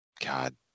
God